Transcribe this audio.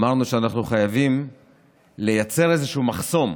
אמרנו שאנחנו חייבים לייצר איזשהו מחסום,